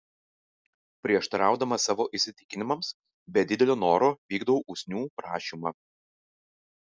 prieštaraudamas savo įsitikinimams be didelio noro vykdau usnių prašymą